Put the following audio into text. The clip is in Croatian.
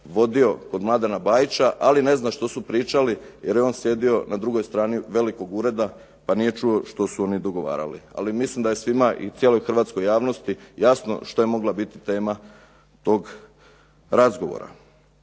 vodio kod Mladena Bajića, ali ne zna što su pričali jer je on sjedio na drugoj strani velikog ureda, pa nije čuo što su oni dogovarali. Ali mislim da je svima i cijeloj hrvatskoj javnosti jasno što je mogla biti tema tog razgovora.